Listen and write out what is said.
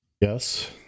yes